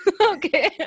okay